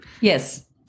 Yes